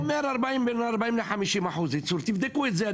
אני אומר בין 40 ל-50 אחוז ייצור, תבדקו את זה.